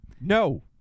no